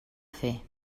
fer